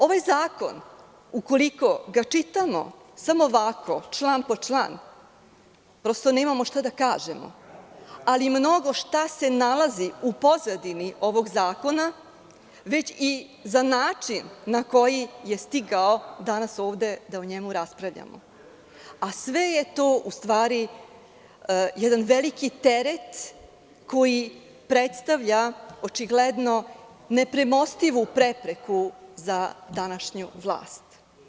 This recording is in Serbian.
Ovaj zakon, ukoliko ga čitamo samo ovako, član po član, prosto nemamo šta da kažemo, ali mnogo šta se nalazi u pozadini ovog zakona, već i za način na koji je stigao danas ovde da o njemu raspravljamo, a sve je to, u stvari, jedan veliki teret koji predstavlja očigledno nepremostivu prepreku za današnju vlast.